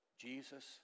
Jesus